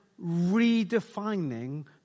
redefining